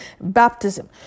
baptism